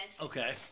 Okay